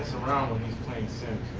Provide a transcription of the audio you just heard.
around when he's playing sims,